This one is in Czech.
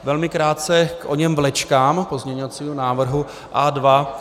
Velmi krátce k oněm vlečkám, pozměňovacímu návrhu A2.